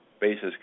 basis